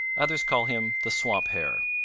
others call him the swamp hare.